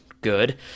good